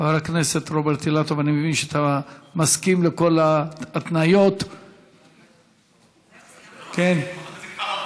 ההצעה להעביר את הצעת חוק הצעת חוק העונשין (תיקון,